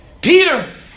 Peter